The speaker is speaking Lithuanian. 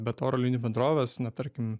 bet oro linijų bendrovės na tarkim